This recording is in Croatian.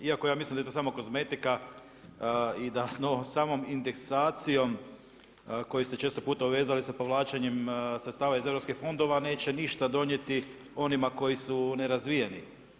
Iako ja mislim da je to samo kozmetika i da sa samom indeksacijom koju ste često puta vezali za povlačenjem sredstava iz europskih fondova neće ništa donijeti onima koji su nerazvijeni.